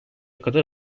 kadar